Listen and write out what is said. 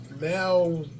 Now